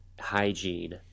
hygiene